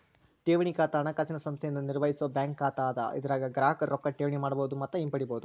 ಠೇವಣಿ ಖಾತಾ ಹಣಕಾಸಿನ ಸಂಸ್ಥೆಯಿಂದ ನಿರ್ವಹಿಸೋ ಬ್ಯಾಂಕ್ ಖಾತಾ ಅದ ಇದರಾಗ ಗ್ರಾಹಕರು ರೊಕ್ಕಾ ಠೇವಣಿ ಮಾಡಬಹುದು ಮತ್ತ ಹಿಂಪಡಿಬಹುದು